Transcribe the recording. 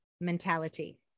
mentality